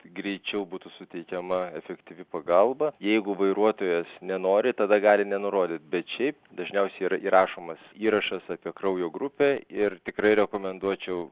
greičiau būtų suteikiama efektyvi pagalba jeigu vairuotojas nenori tada gali nenurodyt bet šiaip dažniausiai yra įrašomas įrašas apie kraujo grupę ir tikrai rekomenduočiau